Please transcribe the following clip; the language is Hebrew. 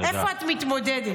איפה את מתמודדת?